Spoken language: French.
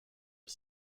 est